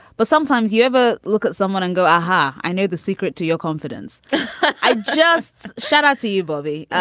but sometimes you have a look at someone and go aha i know the secret to your confidence i just shout out to you bobby.